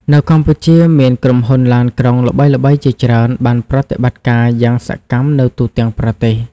នៅកម្ពុជា មានក្រុមហ៊ុនឡានក្រុងល្បីៗជាច្រើនបានប្រតិបត្តិការយ៉ាងសកម្មនៅទូទាំងប្រទេស។